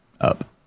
up